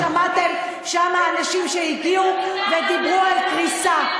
חבל שלא באתם ושמעתם שם אנשים שהגיעו ודיברו על קריסה.